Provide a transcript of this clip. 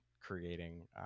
creating